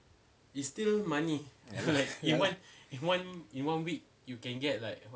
ya